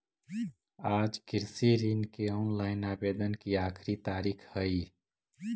आज कृषि ऋण के ऑनलाइन आवेदन की आखिरी तारीख हई